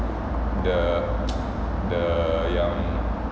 the the yang